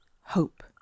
hope